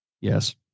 Yes